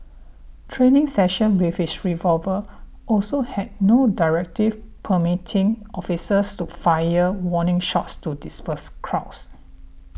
training session with his revolver also had no directive permitting officers to fire warning shots to disperse crowds